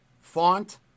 Font